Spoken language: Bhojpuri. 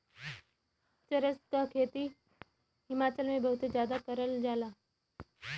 चरस क खेती हिमाचल में बहुते जादा कइल जाला